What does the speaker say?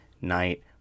Night